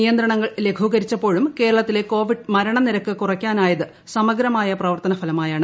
നിയന്ത്രണങ്ങൾ ലഘൂക്കരിച്ചപ്പോഴും കേരളത്തിലെ കോവിഡ് മരണ നിരക്ക് കുറയ്ക്കാനായത് സമഗ്രമായ പ്രവർത്തന ഫലമായാണ്